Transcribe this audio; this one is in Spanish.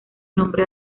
nombre